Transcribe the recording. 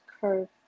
curve